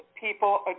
people